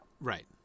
right